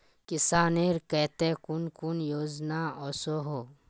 किसानेर केते कुन कुन योजना ओसोहो?